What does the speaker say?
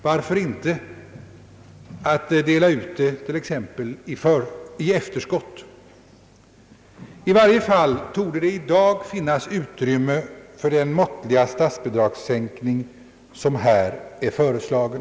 Varför inte t.ex. dela ut det i efterskott? I varje fall torde det i dag finnas utrymme för den måttliga statsbidragssänkning som här är föreslagen.